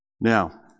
Now